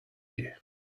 you